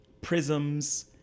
prisms